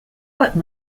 what